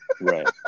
Right